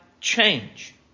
change